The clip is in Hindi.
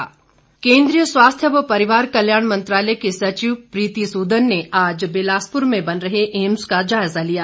एम्स केंद्रीय स्वास्थ्य व परिवार कल्याण मंत्रालय की सचिव प्रीति सुदन ने आज बिलासपुर में बन रहे एम्स का जायजा लिया